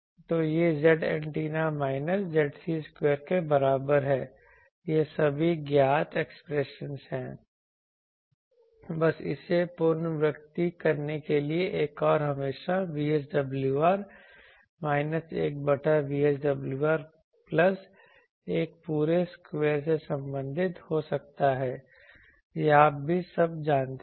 तो यह Zantenna minus Zc square के बराबर है ये सभी ज्ञात एक्सप्रेशनस हैं बस इसे पुनरावृत्ति करने के लिए और यह हमेशा VSWR माइनस 1 बटा VSWR प्लस 1 पूरे स्क्वायर से संबंधित हो सकता है यह आप सभी जानते हैं